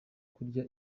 kurya